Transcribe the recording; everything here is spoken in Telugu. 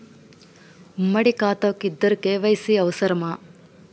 ఉమ్మడి ఖాతా కు ఇద్దరు కే.వై.సీ అవసరమా?